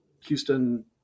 Houston